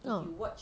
ah